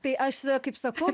tai aš kaip sakau